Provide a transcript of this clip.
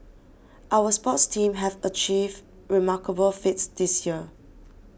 our sports teams have achieved remarkable feats this year